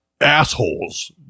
assholes